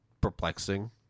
perplexing